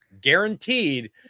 guaranteed